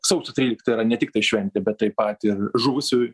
sausio tryliktoji yra ne tiktai šventė bet taip pat ir žuvusiųjų